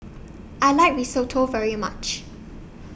I like Risotto very much